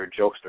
jokester